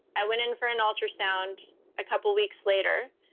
i went in for an ultrasound a couple of weeks later.